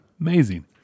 Amazing